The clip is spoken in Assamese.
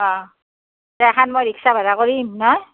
অ মই ৰিক্সা ভাড়া কৰিম নহয়